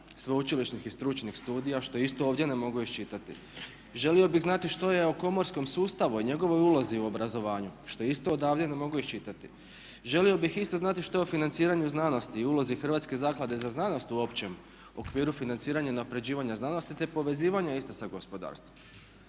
sveučilišnih i stručnih studija što isto ovdje ne mogu iščitati. Želio bih znati o komorskom sustavu, o njegovoj ulazi u obrazovanju što isto odavde ne mogu iščitati. Želio bih isto znati što je s financiranjem znanosti i ulozi Hrvatske zaklade za znanost u općem okviru financiranja i unapređivanja znanosti te povezivanja iste sa gospodarstvom.